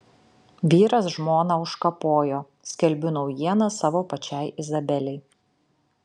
vyras žmoną užkapojo skelbiu naujieną savo pačiai izabelei